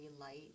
light